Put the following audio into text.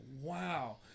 wow